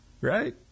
Right